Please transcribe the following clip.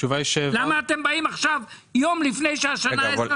למה אתם באים עכשיו יום לפני שהשנה האזרחית